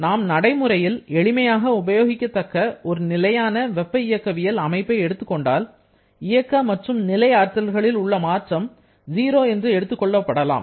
நாம் நடைமுறையில் எளிமையாக உபயோகிக்க தக்க ஒரு நிலையான வெப்ப இயக்கவியல் அமைப்பை எடுத்துக் கொண்டதால் இயக்க மற்றும் நிலை ஆற்றல்களில் உள்ள மாற்றம் 0 என்று எடுத்துக் கொள்ளப்படலாம்